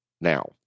now